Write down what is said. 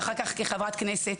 ואחר כך כחברת כנסת,